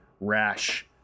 rash